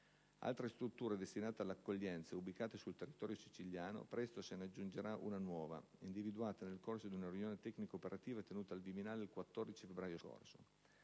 Alle strutture destinate all'accoglienza e ubicate sul territorio siciliano presto se ne aggiungerà una nuova, individuata nel corso di una riunione tecnico-operativa tenuta al Viminale il 14 febbraio scorso.